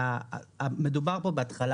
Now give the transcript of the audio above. מדובר פה בהתחלה,